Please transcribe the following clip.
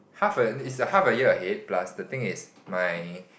half a it's half a year ahead plus the thing is my